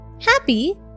happy